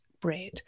bread